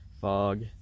fog